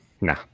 Nah